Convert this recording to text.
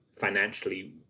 financially